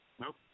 Nope